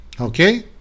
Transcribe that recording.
Okay